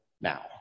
now